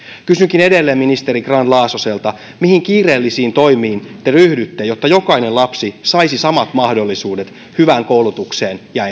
kysynkin edelleen ministeri grahn laasoselta mihin kiireellisiin toimiin te ryhdytte jotta jokainen lapsi saisi samat mahdollisuudet hyvään koulutukseen ja